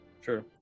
Sure